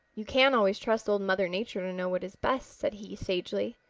you can always trust old mother nature to know what is best, said he sagely.